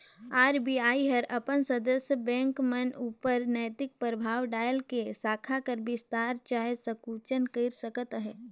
RBI हर अपन सदस्य बेंक मन उपर नैतिक परभाव डाएल के साखा कर बिस्तार चहे संकुचन कइर सकत अहे